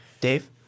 Dave